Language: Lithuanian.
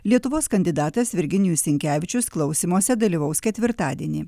lietuvos kandidatas virginijus sinkevičius klausymuose dalyvaus ketvirtadienį